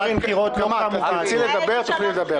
קארין, את תרצי לדבר, תוכלי לדבר.